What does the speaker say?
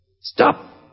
Stop